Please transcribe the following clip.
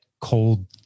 Cold